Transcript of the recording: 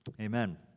Amen